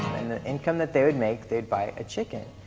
and the income that they would make, they'd buy a chicken.